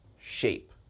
shape